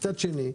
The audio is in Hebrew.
מצד שני,